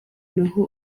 naho